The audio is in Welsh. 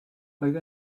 oedd